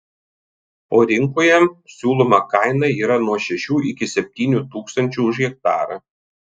o rinkoje siūloma kaina yra nuo šešių iki septynių tūkstančių už hektarą